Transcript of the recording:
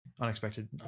Unexpected